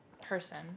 person